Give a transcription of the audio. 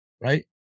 right